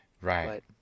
Right